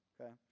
Okay